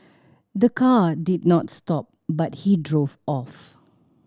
the car did not stop but he drove off